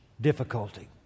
difficulty